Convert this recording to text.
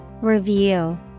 Review